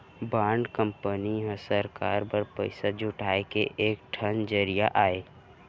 bond company हर सरकार बर पइसा जुटाए के एक ठन जरिया अय